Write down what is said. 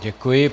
Děkuji.